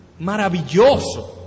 maravilloso